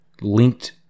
linked